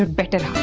ah better